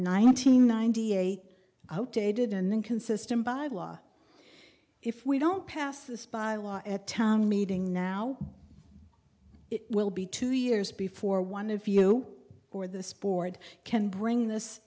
nineteen ninety eight outdated and inconsistent by law if we don't pass this by law at town meeting now it will be two years before one of you or the sport can bring this